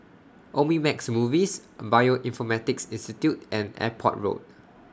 Omnimax Movies Bioinformatics Institute and Airport Road